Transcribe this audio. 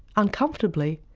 uncomfortably,